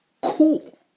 cool